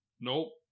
Nope